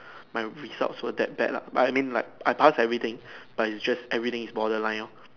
my results were that bad lah but I mean like I pass everything but is just everything is borderline lor